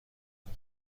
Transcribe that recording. کند